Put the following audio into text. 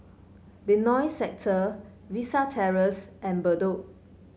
Benoi Sector Vista Terrace and Bedok